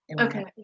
okay